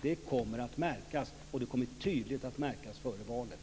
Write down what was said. Detta kommer, som sagt, att märkas, och det kommer att tydligt märkas före valet.